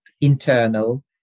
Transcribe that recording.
internal